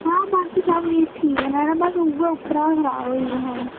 हां बाकी सबकिश ठीक ऐ न्हाड़ा बस उ'ऐ उप्परा खराब होई दा हा एह्